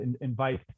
invite